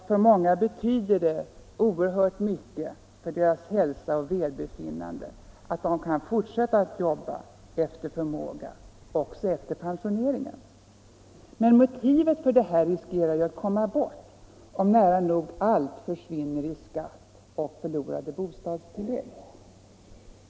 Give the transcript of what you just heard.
För många betyder det oerhört mycket för hälsa och välbefinnande att de kan fortsätta att jobba efter förmåga också efter pensioneringen. Men motivet för detta riskerar att komma bort om nära nog hela inkomsten försvinner i skatt och förlorade bostadstilllägg.